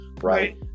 right